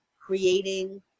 creating